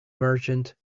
merchant